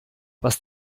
was